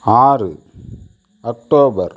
ஆறு அக்டோபர்